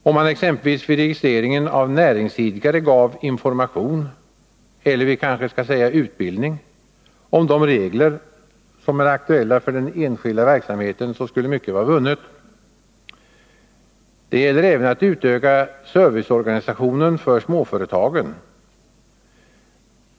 Om man exempelvis vid registreringen av näringsidkare gav information, eller vi kanske skall säga utbildning, om de regler som är aktuella för den enskilda verksamheten, skulle mycket vara vunnet. Det gäller även att utöka serviceorganisationen för småföretagen.